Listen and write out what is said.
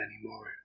anymore